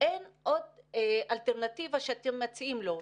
אין עוד אלטרנטיבה שאתם מציעים לו.